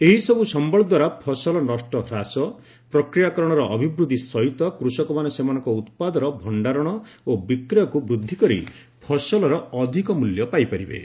ଏହିସବୁ ସମ୍ବଳ ଦ୍ୱାରା ଫସଲ ନଷ୍ଟ ହ୍ରାସ ପ୍ରକ୍ରିୟାକରଣର ଅଭିବୃଦ୍ଧି ସହିତ କୃଷକମାନେ ସେମାନଙ୍କ ଉତ୍ପାଦର ଭଣ୍ଡାରଣ ଓ ବିକ୍ରିୟକୁ ବୃଦ୍ଧି କରି ଫସଲର ଅଧିକ ମ୍ବଲ୍ୟ ପାଇପାରିବେ